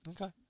Okay